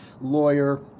lawyer